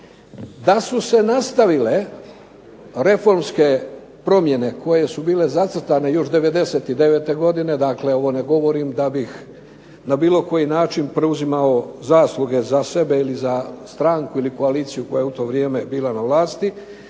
DA su se nastavile reformske promjene koje su bile zacrtane još 99. godine, dakle ovo ne govorim da bih na bilo koji način preuzimao zasluge za sebe ili za stranku ili koaliciju koja je u to vrijeme bila na vlasti,